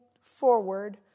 forward